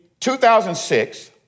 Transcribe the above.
2006